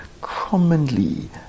commonly